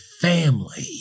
family